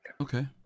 okay